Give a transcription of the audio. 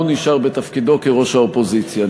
נשאר בתפקידו כראש האופוזיציה.